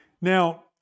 Now